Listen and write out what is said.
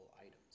items